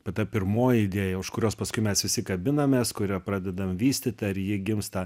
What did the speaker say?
va ta pirmoji idėja už kurios paskui mes visi kabinamės kurią pradedam vystyt ar ji gimsta